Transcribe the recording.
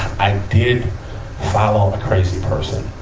i did follow a crazy person